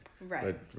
right